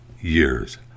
years